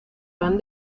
van